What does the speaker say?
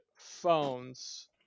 phones